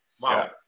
Wow